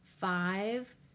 five